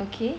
okay